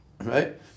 right